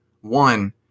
one